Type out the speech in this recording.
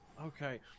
Okay